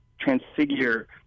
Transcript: transfigure